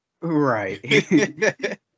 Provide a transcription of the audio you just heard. Right